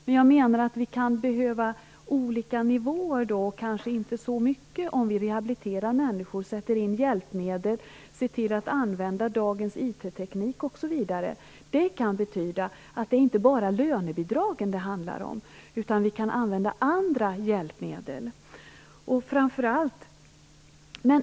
Men det behövs olika nivåer och kanske inte så mycket bidrag om vi rehabiliterar människor, sätter in hjälpmedel och ser till att använda dagens IT-teknik, osv. Det är inte bara lönebidragen det handlar om, utan vi kan använda andra hjälpmedel.